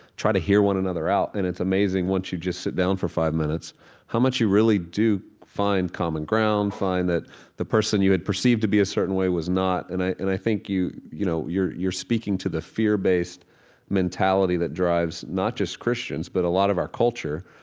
try to hear one another out. and it's amazing once you just sit down for five minutes how much you really do find common ground, find that the person you had perceived to be a certain way was not. and i think you know you're you're speaking to the fear-based mentality that drives not just christians, but a lot of our culture.